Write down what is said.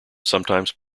sometimes